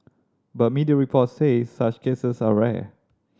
but media report say such cases are rare